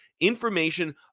information